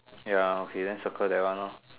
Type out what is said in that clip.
ya okay then circle that one hor